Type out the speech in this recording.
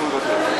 אנחנו נוותר.